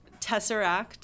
Tesseract